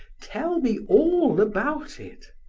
tell me all about it.